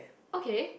okay